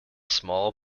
small